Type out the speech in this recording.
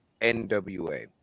NWA